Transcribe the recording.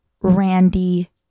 Randy